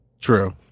True